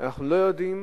אנחנו לא יודעים